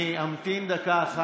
אני לא יכול להצביע?